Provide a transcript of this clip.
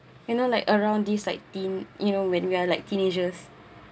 you know like around this like teen you know when we are like teenagers